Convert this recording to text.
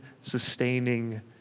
sustaining